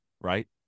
Right